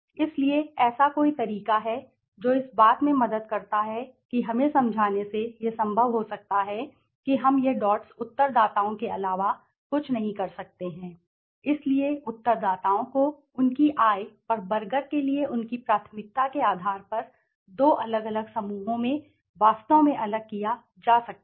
इसलिए ऐसा कोई तरीका है जो इस बात में मदद करता है कि हमें समझाने से यह संभव हो सकता है कि हम यह डॉट्स उत्तरदाताओं के अलावा कुछ नहीं कर सकते हैं इसलिए उत्तरदाताओं को उनकी आय और बर्गर के लिए उनकी प्राथमिकता के आधार पर दो अलग अलग समूहों में वास्तव में अलग किया जा सकता है